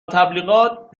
تبلیغات